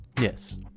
Yes